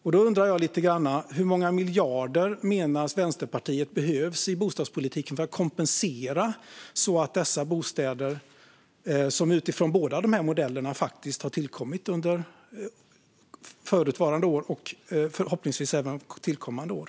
Jag undrar lite grann: Hur många miljarder menar Vänsterpartiet behövs i bostadspolitiken för att kompensera för de bostäder som utifrån båda dessa modeller har tillkommit under förutvarande år och förhoppningsvis också även tillkommande år?